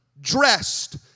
dressed